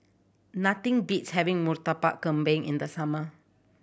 nothing beats having Murtabak Kambing in the summer